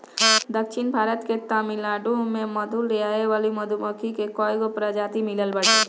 दक्षिण भारत के तमिलनाडु में मधु लियावे वाली मधुमक्खी के कईगो प्रजाति मिलत बावे